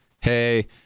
hey